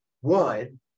one